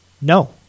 no